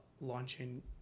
launching